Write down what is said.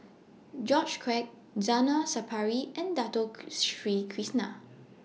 George Quek Zainal Sapari and Dato Sri Krishna